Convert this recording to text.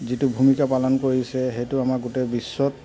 যিটো ভূমিকা পালন কৰিছে সেইটো আমাৰ গোটেই বিশ্বত